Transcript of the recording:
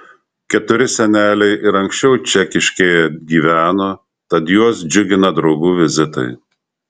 keturi seneliai ir anksčiau čekiškėje gyveno tad juos džiugina draugų vizitai